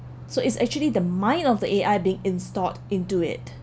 so it's actually the mind of the A_I being installed into it